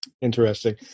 Interesting